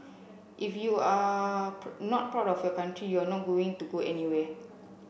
if you are not proud of your country you are not going to go anywhere